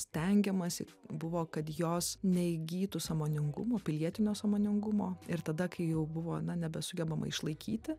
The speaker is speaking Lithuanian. stengiamasi buvo kad jos neįgytų sąmoningumo pilietinio sąmoningumo ir tada kai jau buvo na nebesugebama išlaikyti